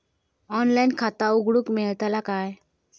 Online खाता उघडूक मेलतला काय?